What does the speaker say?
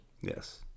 yes